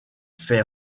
fait